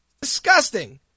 Disgusting